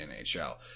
NHL